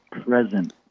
present